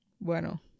Bueno